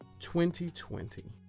2020